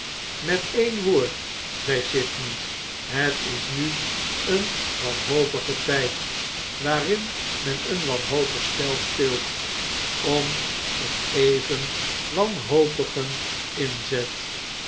met een woord zei sydney het is nu een wanhopige tijd waarin men een wanhopig een spel kaarten spel speelt om een even wanhopigen inzet